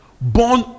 born